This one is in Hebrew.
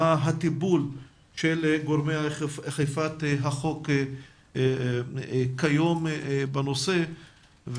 מה הטיפול של גורמי אכיפת החוק כיום בנושא.